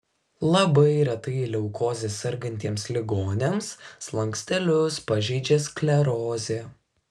labai retai leukoze sergantiems ligoniams slankstelius pažeidžia sklerozė